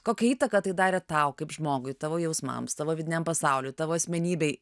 kokią įtaką tai darė tau kaip žmogui tavo jausmams tavo vidiniam pasauliui tavo asmenybei